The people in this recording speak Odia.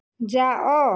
ଯାଅ